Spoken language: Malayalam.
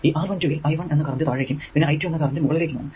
ഈ R12 ൽ i1 എന്ന കറന്റ് താഴേക്കും പിന്നെ i2 എന്ന കറന്റ് മുകളിലേക്കും ആണ്